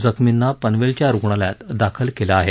जखमींना पनवेलच्या रूग्णालयात दाखल केलं आहे